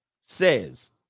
says